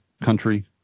country